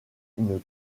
une